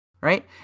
Right